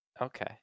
Okay